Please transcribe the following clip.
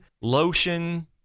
lotion